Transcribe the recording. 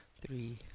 three